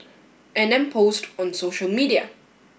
and then post on social media